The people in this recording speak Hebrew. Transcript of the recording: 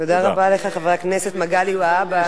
תודה רבה לך, חבר מגלי והבה.